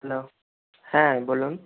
hello হ্যাঁ বলুন